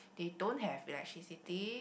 they don't have electricity